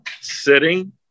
sitting